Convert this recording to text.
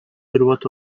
hırvat